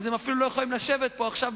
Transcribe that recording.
לכן הם אפילו לא יכולים לשבת פה עכשיו,